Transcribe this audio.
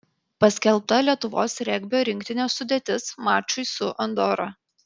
paskelbta lietuvos regbio rinktinės sudėtis mačui su andora